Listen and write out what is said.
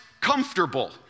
comfortable